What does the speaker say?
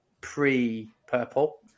pre-purple